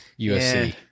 USC